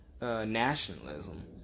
nationalism